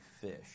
fish